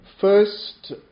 First